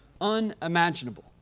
unimaginable